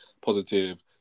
positive